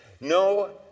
No